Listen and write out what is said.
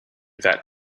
that